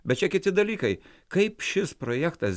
bet čia kiti dalykai kaip šis projektas